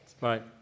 Right